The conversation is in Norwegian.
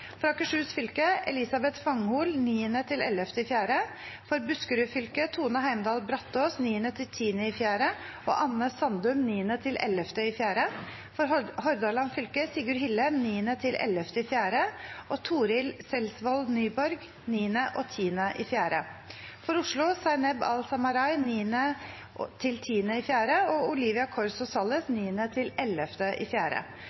For Akershus fylke: Elisabeth Fanghol 9.–11. april For Buskerud fylke: Tone Heimdal Brataas 9. og 10. april og Anne Sandum 9.–11. april For Hordaland fylke: Sigurd Hille 9.–11. april og Torill Selsvold Nyborg 9. og 10. april For Oslo: Zaineb Al-Samarai 9. og 10. april og Olivia Corso Salles